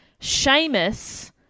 Seamus